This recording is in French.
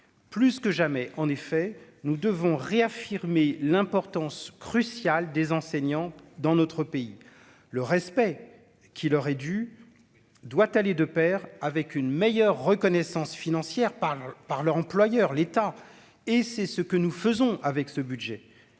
plus que jamais, en effet, nous devons réaffirmer l'importance cruciale des enseignants dans notre pays le respect qui leur est dû, doit aller de Pair avec une meilleure reconnaissance financière par par leur employeur, l'État et c'est ce que nous faisons avec ce budget,